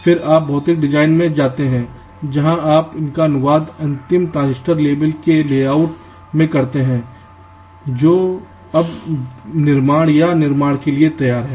फिर आप भौतिक डिज़ाइन में जाते हैं जहाँ आप इनका अनुवाद अंतिम ट्रांजिस्टर लेवल के लेआउट में करते हैं जो अब निर्माण या निर्माण के लिए तैयार है